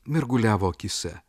mirguliavo akyse